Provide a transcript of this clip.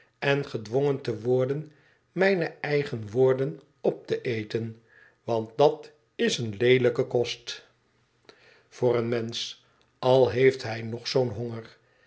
en gedwongen te worden mijne eigen woorden op te eten want dat is een leelijke kost voor een mensch al heeft hij nog zoo'n honger